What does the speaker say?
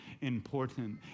important